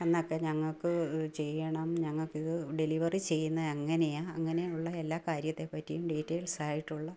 എന്നൊക്കെ ഞങ്ങൾക്ക് ചെയ്യണം ഞങ്ങൾക്കിത് ഡെലിവറി ചെയ്യുന്ന എങ്ങനെയാണ് അങ്ങനെയുള്ള എല്ലാ കാര്യത്തെപ്പറ്റിയും ഡീറ്റെയിൽസ് ആയിട്ടുള്ള